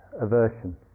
aversion